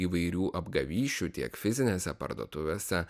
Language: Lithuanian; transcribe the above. įvairių apgavysčių tiek fizinėse parduotuvėse